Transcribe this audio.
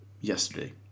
yesterday